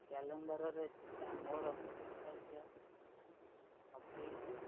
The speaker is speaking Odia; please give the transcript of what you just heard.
କ୍ୟାଲେଣ୍ଡରରେ ଥିବା ମୋର ସବୁ କାର୍ଯ୍ୟ ହଟେଇ ଦିଅ